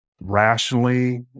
rationally